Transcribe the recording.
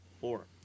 four